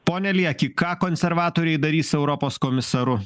pone lieki ką konservatoriai darys europos komisaru